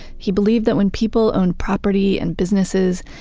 he believed that when people own property and businesses,